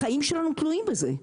החיים שלנו תלויים בזה,